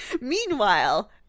Meanwhile